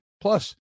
Plus